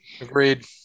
Agreed